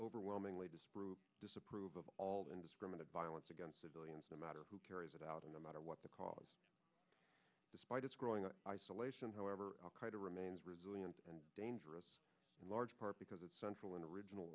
overwhelmingly disapprove disapprove of all the indiscriminate violence against civilians no matter who carries it out in the matter what because despite its growing isolation however remains resilient and dangerous in large part because its central and original